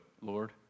Lord